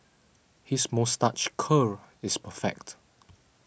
his moustache curl is perfect